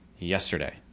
yesterday